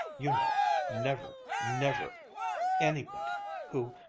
you know never, never anybody who.